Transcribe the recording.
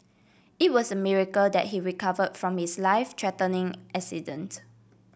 it was a miracle that he recover from his life threatening accident